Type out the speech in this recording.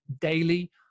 daily